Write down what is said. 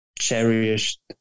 cherished